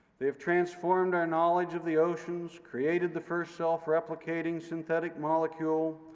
they've transformed our knowledge of the oceans, created the first self-replicating synthetic molecule,